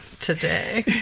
today